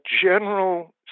general